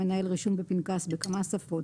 המנהל רישום בפנקס בכמה שפות,